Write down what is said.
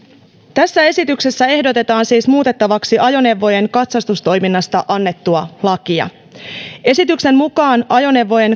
tässä esityksessä ehdotetaan siis muutettavaksi ajoneuvojen katsastustoiminnasta annettua lakia esityksen mukaan ajoneuvojen